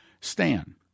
Stan